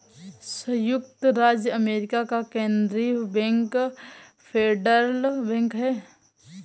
सयुक्त राज्य अमेरिका का केन्द्रीय बैंक फेडरल बैंक है